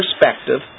perspective